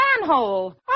manhole